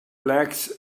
lacks